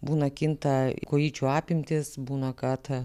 būna kinta kojyčių apimtys būna kad